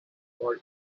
for